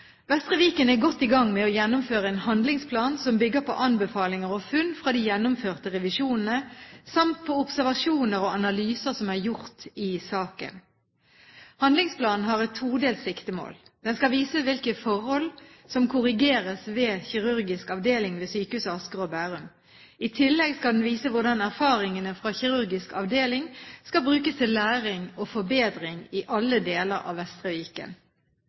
Vestre Viken er godt i gang med å gjennomføre en handlingsplan som bygger på anbefalinger og funn fra de gjennomførte revisjonene samt på observasjoner og analyser som er gjort i saken. Handlingsplanen har et todelt siktemål: Den skal vise hvilke forhold som korrigeres ved kirurgisk avdeling ved Sykehuset Asker og Bærum. I tillegg skal den vise hvordan erfaringene fra kirurgisk avdeling skal brukes til læring og forbedring i alle deler av Vestre Viken.